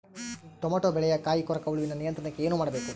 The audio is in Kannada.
ಟೊಮೆಟೊ ಬೆಳೆಯ ಕಾಯಿ ಕೊರಕ ಹುಳುವಿನ ನಿಯಂತ್ರಣಕ್ಕೆ ಏನು ಮಾಡಬೇಕು?